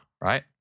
Right